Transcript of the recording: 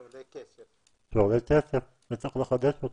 זה עולה כסף וצריך לחדש אותו,